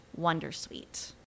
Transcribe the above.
Wondersuite